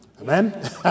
Amen